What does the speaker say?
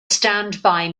standby